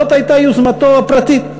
זאת הייתה יוזמתו הפרטית,